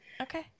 okay